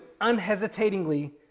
unhesitatingly